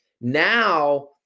now